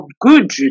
good